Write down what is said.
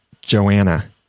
Joanna